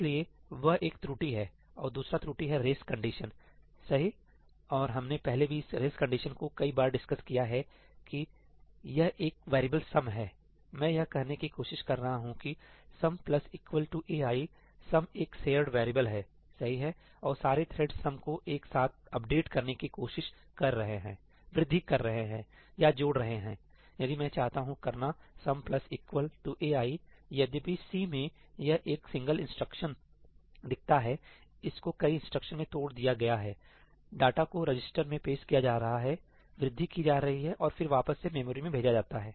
इसलिए वह एक त्रुटि है और दूसरा त्रुटि है रेस कंडीशन सही और हमने पहले भी इस रेस कंडीशन को कई बार डिस्कस किया है की कि यह एक वेरिएबल सम है मैं यह कहने की कोशिश कर रहा हूं की 'sum plus equal to ai' समएक शेयर्ड वेरिएबल है सही है और सारे थ्रेड्स सम को एक साथ अपडेट करने की कोशिश कर रहे हैं वृद्धि कर रहे हैं या जोड़ रहे हैं यदि मैं चाहता हूं करना 'sum plus equal to ai' यद्यपि सी में यह एक सिंगल इंस्ट्रक्शन दिखता है इसको कई इंस्ट्रक्शंस में तोड़ दिया गया है डाटा को रजिस्टर में पेश किया जा रहा है वृद्धि की जा रही है और फिर वापस से मेमोरी में भेजा जाता है